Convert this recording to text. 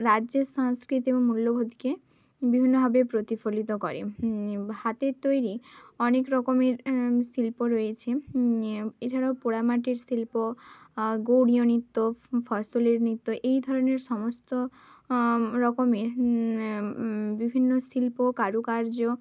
রাজ্যের সংস্কৃতি এবং মূল্যবোধকে বিভিন্নভাবে প্রতিফলিত করে হাতের তৈরি অনেক রকমের শিল্প রয়েছে এও এছাড়াও পোড়ামাটির শিল্প গৌরীয় নৃত্য ফসলের নৃত্য এই ধরনের সমস্ত রকমের বিভিন্ন শিল্প কারুকার্য